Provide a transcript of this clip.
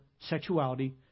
sexuality